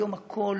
היום הכול